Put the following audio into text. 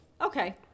Okay